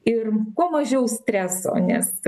ir kuo mažiau streso nes